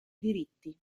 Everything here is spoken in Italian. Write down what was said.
diritti